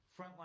frontline